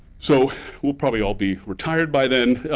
so we'll probably all be retired by then,